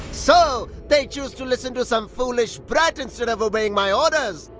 so, they choose to listen to some foolish brat instead of obeying my orders?